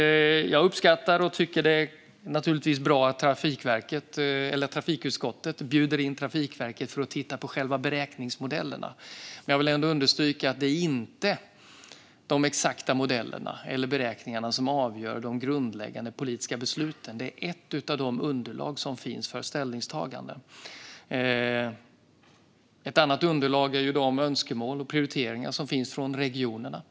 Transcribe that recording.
Jag uppskattar att trafikutskottet bjuder in Trafikverket för att titta på själva beräkningsmodellerna. Men jag vill ändå understryka att det inte är de exakta modellerna eller beräkningarna som avgör de grundläggande politiska besluten. Det är ett av de underlag som finns för ett ställningstagande. Ett annat underlag är de önskemål och prioriteringar som finns från regionernas sida.